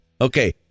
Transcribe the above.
Okay